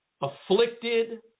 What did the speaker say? afflicted